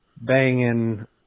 banging